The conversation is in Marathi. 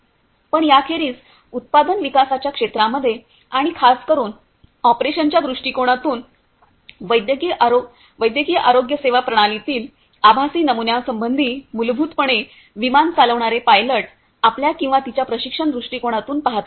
पण याखेरीज उत्पादन विकासाच्या क्षेत्रामध्ये आणि खास करुन ऑपरेशनच्या दृष्टीकोनातून वैद्यकीय आरोग्य सेवा प्रणाली तील आभासी नमुन्यासंबंधी मूलभूत पणे विमान चालवणारे पायलट आपल्या किंवा तिच्या प्रशिक्षण दृष्टीकोनातून पाहतात